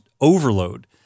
overload